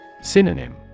Synonym